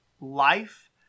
life